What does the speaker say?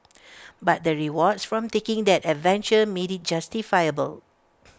but the rewards from taking that adventure made IT justifiable